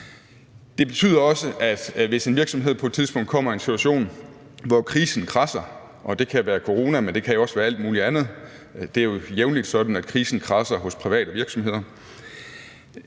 Det betyder også, at hvis en virksomhed på et tidspunkt kommer i en situation, hvor krisen kradser – det kan være corona, men det kan jo også være alt muligt andet; det er jo jævnligt sådan, at krisen kradser hos private virksomheder